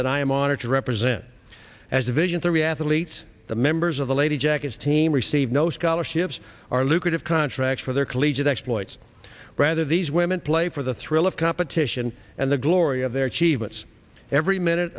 that i am honored to represent as division three at leats the members of the lady jackets team receive no scholarships or lucrative contracts for their collegiate exploits rather these women play for the thrill of competition and the glory of their achievements every minute